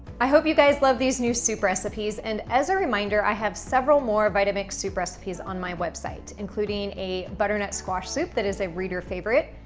i hope you guys love these new soup recipes and as a reminder, i have several more vitamix soup recipes on my website including a butternut squash soup that is a reader favorite,